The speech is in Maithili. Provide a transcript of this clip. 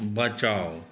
बचाउ